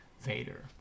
Vader